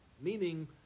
Meaning